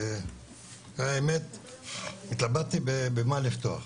האמת, התלבטתי במה לפתוח.